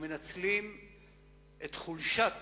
ומנצלים את חולשת